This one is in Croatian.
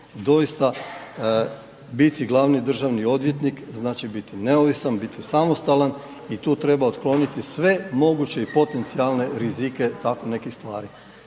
Doista, biti glavni državni odvjetnik znači biti neovisan, biti samostalan i tu treba otkloniti sve moguće i potencijalne rizike tako nekih stvari.